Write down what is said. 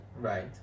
Right